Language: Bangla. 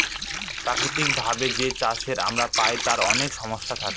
প্রাকৃতিক ভাবে যে চাষ আমরা পায় তার অনেক সমস্যা থাকে